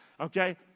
Okay